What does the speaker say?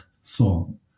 song